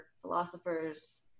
philosophers